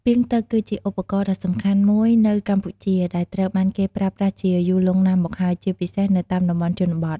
ពាងទឹក គឺជាឧបករណ៍ដ៏សំខាន់មួយនៅកម្ពុជា ដែលត្រូវបានគេប្រើប្រាស់ជាយូរលង់ណាស់មកហើយ ជាពិសេសនៅតាមតំបន់ជនបទ។